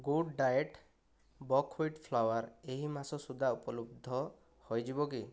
good diet buckwheat flour ଏହି ମାସ ସୁଦ୍ଧା ଉପଲବ୍ଧ ହୋଇଯିବ କି